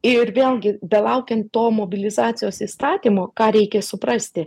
ir vėlgi belaukiant to mobilizacijos įstatymo ką reikia suprasti